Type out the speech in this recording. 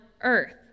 earth